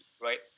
right